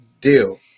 deal